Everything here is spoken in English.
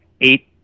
eight